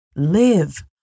live